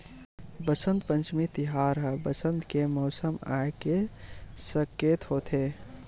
बसंत पंचमी तिहार ह बसंत के मउसम आए के सकेत होथे